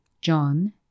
John